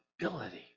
ability